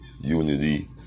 unity